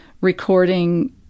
recording